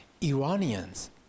Iranians